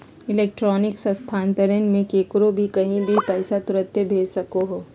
electronic स्थानान्तरण मे केकरो भी कही भी पैसा तुरते भेज सको हो